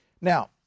Now